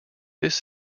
this